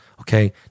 okay